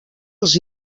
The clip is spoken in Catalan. els